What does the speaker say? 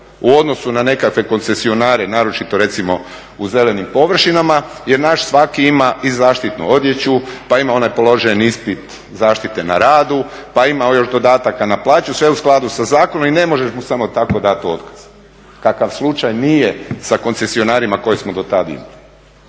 u odnosu na nekakve koncesionare, naročito recimo u zelenim površinama jel svaki naš ima i zaštitnu odjeću, pa ima onaj položeni ispit zaštite na radu, pa ima još dodataka na plaću sve u skladu sa zakonom i ne možeš mu samo tako dati otkaz kakav slučaj nije sa koncesionarima koje smo do tada imali.